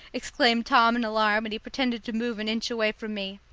exclaimed tom in alarm, and he pretended to move an inch away from me.